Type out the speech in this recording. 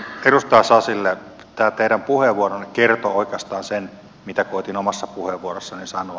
edustaja sasille tämä teidän puheenvuoronne kertoi oikeastaan sen mitä koetin omassa puheenvuorossani sanoa